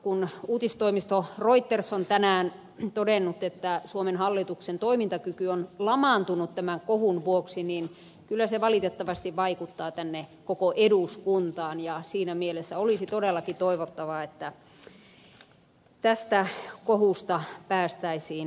kun uutistoimisto reuters on tänään todennut että suomen hallituksen toimintakyky on lamaantunut tämän kohun vuoksi niin kyllä se valitettavasti vaikuttaa koko eduskuntaan ja siinä mielessä olisi todellakin toivottavaa että tästä kohusta päästäisiin ohi